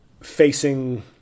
facing